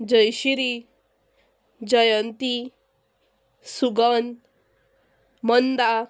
जयशिरी जयंती सुगं मंदा